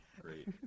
great